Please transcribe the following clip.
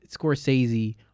Scorsese